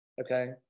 okay